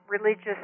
religious